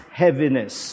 heaviness